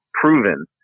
proven